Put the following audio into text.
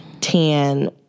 tan